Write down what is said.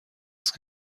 هست